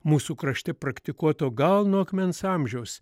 mūsų krašte praktikuoto gal nuo akmens amžiaus